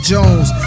Jones